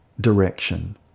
direction